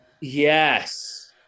yes